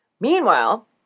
Meanwhile